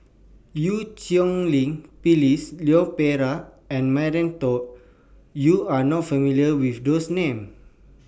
EU Cheng Lin Phyllis Leon Perera and Maria tall YOU Are not familiar with These Names